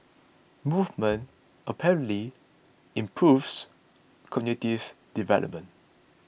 movement apparently improves cognitives development